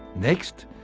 next,